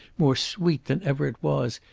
more sweet than ever it was,